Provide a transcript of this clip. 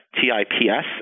T-I-P-S